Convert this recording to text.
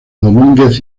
domínguez